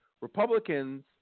Republicans